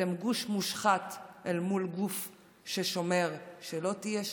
אתם גוש מושחת אל מול גוף ששומר שלא תהיה שחיתות,